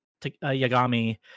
Yagami